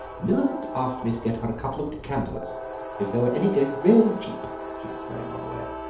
millicent asked me to get her a couple of decanters if there were any going really cheap, she explained on the way,